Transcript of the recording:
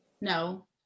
no